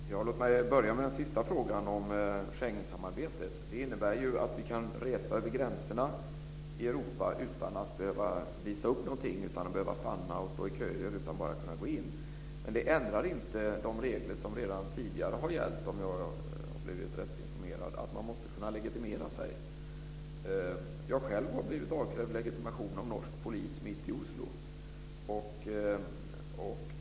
Fru talman! Låt mig börja med den sista frågan om Schengensamarbetet. Det innebär att vi kan resa över gränserna i Europa utan att behöva visa upp någonting, utan att behöva stanna och stå i kö, dvs. bara gå in. Det ändrar inte de regler som redan tidigare har gällt, om jag har blivit rätt informerad, att man måste kunna legitimera sig. Jag har själv blivit avkrävd legitimation av norsk polis mitt i Oslo.